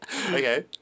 Okay